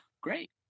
great